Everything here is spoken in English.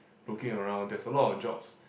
looking around there's a lot of jobs